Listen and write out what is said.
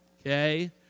okay